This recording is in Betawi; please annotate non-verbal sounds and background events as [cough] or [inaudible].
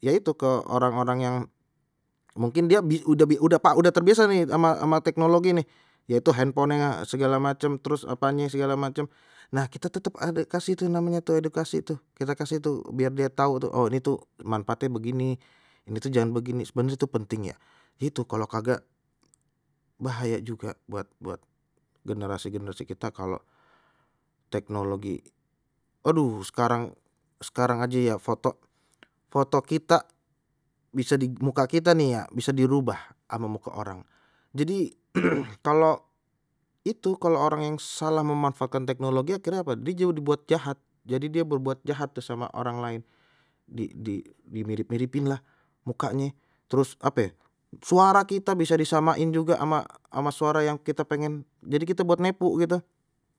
ya itu ke orang-orang yang mungkin dia [unintelligible] udah terbiasa nih ama ama teknologi nih, yaitu handphone-nya segala macam terus apanye segala macam nah kita tutup ade kasih tuh namanya tu edukasi tuh kita kasih tu biar dia tahu tu oh ni tu manfaatnye begini ini tu jangan begini sebenernya itu penting ya itu kalau kagak bahaya juga buat buat generasi-generasi kita kalau teknologi, aduh sekarang sekarang sekarang aje ya foto foto kita bisa di muka kita nih ya bisa dirubah ama muka orang jadi [noise] kalau itu kalau orang yang salah memanfaatkan teknologi akhirnya apa die jauh dibuat jahat jadi dia berbuat jahat tuh sama orang lain, di di dimirip-miripin lah mukanye terus apa ye suara kita bisa disamain juga ama ama suara yang kita pengen jadi gitu buat nipu gitu.